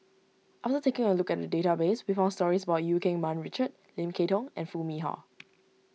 after taking a look at the database we found stories about Eu Keng Mun Richard Lim Kay Tong and Foo Mee Har